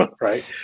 right